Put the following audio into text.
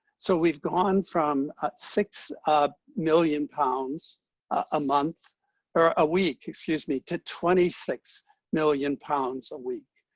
so we've gone from ah six million pounds a month or a week. excuse me. to twenty six million pounds a week.